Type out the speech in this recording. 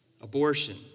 abortion